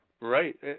Right